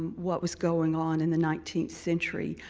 what was going on in the nineteenth century.